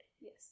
Yes